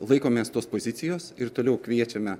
laikomės tos pozicijos ir toliau kviečiame